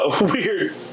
weird